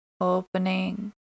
opening